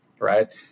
right